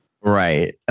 Right